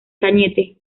cañete